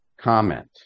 Comment